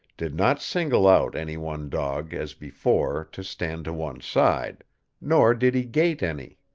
did not single out any one dog, as before, to stand to one side nor did he gate any.